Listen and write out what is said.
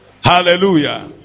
Hallelujah